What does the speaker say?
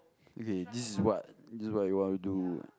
okay this is what this is what you want to do